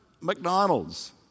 McDonald's